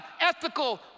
ethical